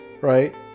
right